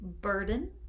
burden